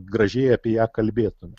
gražiai apie ją kalbėtume